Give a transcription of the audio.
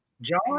John